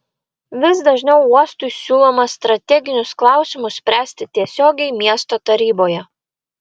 vis dažniau uostui siūloma strateginius klausimus spręsti tiesiogiai miesto taryboje